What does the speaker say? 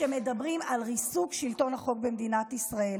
שמדברים על ריסוק שלטון החוק במדינת ישראל.